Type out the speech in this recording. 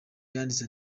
yanditse